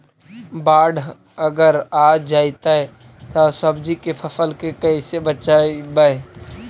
बाढ़ अगर आ जैतै त सब्जी के फ़सल के कैसे बचइबै?